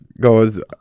goes